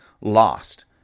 lost